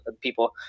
people